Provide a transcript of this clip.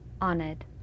honored